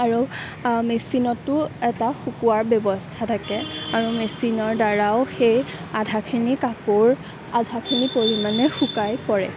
আৰু মেচিনতো এটা শুকোৱাৰ ব্যৱস্থা থাকে আৰু মেচিনৰ দ্বাৰাও সেই আধাখিনি কাপোৰ আধাখিনি পৰিমাণে শুকাই পৰে